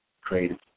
creative